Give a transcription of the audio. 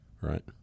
Right